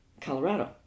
Colorado